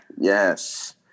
Yes